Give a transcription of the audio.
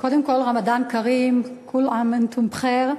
קודם כול, רמדאן כרים, כול עאם ואנתום בח'יר.